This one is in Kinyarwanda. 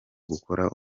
gukora